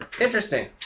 Interesting